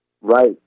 Right